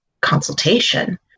consultation